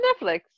Netflix